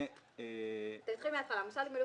-- -שבמקום הסעיף יגיע סעיף: מוסד לגמילות